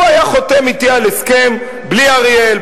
הוא היה חותם אתי על הסכם בלי אריאל,